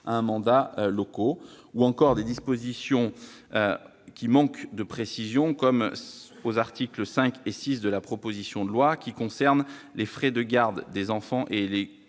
à leur mandat local ; des dispositions manquant de précision, comme les articles 5 et 6 de la proposition de loi, qui concernent les frais de garde des enfants des